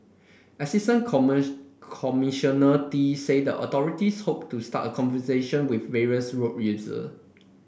Assistant Commissioner Tee said the authorities hoped to start the conversation with various road user